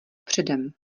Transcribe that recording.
předem